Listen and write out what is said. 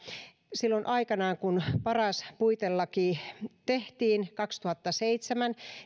silloin aikanaan kun paras puitelaki tehtiin kaksituhattaseitsemän